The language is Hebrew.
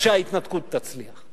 שההתנתקות תצליח.